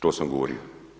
To sam govorio.